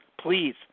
please